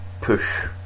push